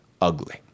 ugly